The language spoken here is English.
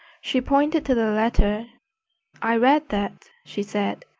she pointed to the letter i read that, she said.